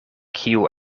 kiu